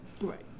Right